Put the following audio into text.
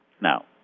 Now